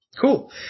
Cool